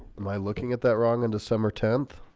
am i looking at that wrong into summer tenth